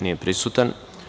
Nije prisutan.